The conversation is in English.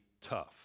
tough